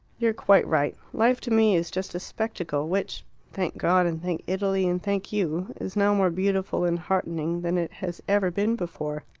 you are quite right life to me is just a spectacle, which thank god, and thank italy, and thank you is now more beautiful and heartening than it has ever been before.